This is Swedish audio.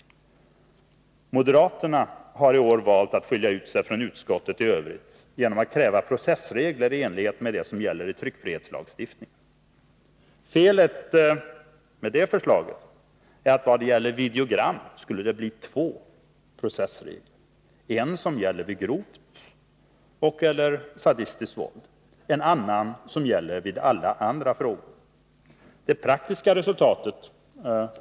Moderaterna har i år valt att skilja ut sig från utskottet i övrigt genom att kräva processregler i enlighet med dem som gäller i tryckfrihetslagstiftningen. Felet med det förslaget är att beträffande videogram skulle det bli två processregler — en som gäller vid grovt och/eller sadistiskt våld, en annan som gäller för alla andra frågor.